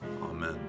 Amen